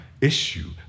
issue